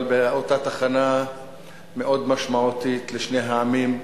אבל היתה תחנה מאוד משמעותית לשני העמים,